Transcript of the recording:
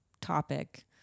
topic